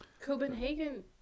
Copenhagen